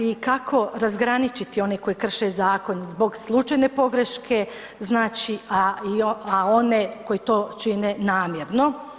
I kako razgraničiti one koji krše zakon zbog slučajne pogreške, znači a i one koji to čine namjerno.